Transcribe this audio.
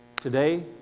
today